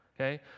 okay